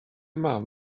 mam